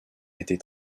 été